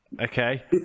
okay